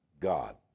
God